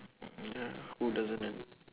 mm who doesn't man